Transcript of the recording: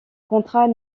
contrat